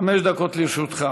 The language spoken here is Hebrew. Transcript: חמש דקות לרשותך,